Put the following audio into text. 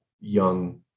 young